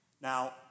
Now